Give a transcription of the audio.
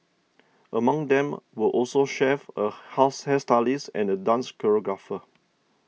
among them were also chefs a hairstylist and a dance choreographer